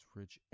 rich